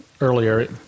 earlier